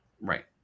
Right